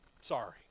Sorry